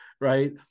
right